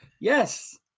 Yes